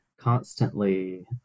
constantly